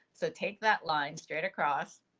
so take that line straight across.